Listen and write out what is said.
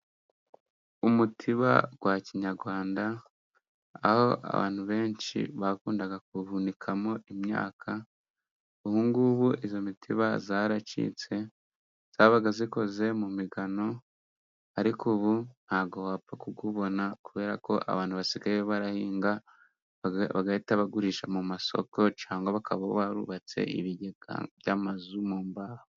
Umutiba wa kinyarwanda, aho abantu benshi bakundaga guhunikamo imyaka. Ubu ngubu iyo mitiba yaracitse. Yabaga ikoze mu migano, ariko ubu nta bwo wapfa kuwubona kubera ko abantu basigaye barahinga bagahita bagurisha mu masoko, cyangwa bakaba barubatse ibigega by'amazu mu mbaho.